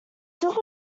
took